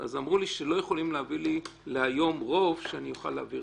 אז אמרו לי שלא יכולים להביא להיום רוב שאוכל להעביר בוועדה.